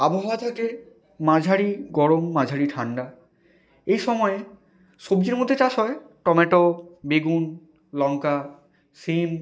আবহাওয়া থাকে মাঝারি গরম মাঝারি ঠান্ডা এই সময় সবজির মধ্যে চাষ হয় টমেটো বেগুন লঙ্কা সিম